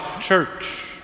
church